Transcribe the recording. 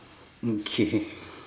mm K